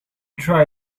try